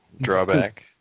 drawback